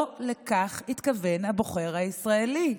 לא לכך התכוון הבוחר הישראלי.